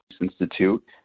Institute